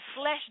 flesh